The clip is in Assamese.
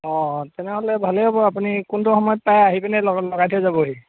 অ তেনেহ'লে ভালে হ'ব আপুনি কোনটো সময়ত পাৰে আহি পেনে ল লগাই থৈ যাবহি